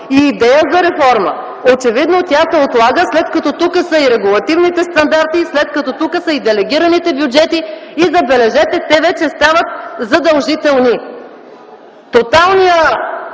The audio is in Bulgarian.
идея за реформа! Очевидно тя се отлага, след като тук са и регулативните стандарти, след като тук са и делегираните бюджети. И, забележете, те вече стават задължителни! Тоталният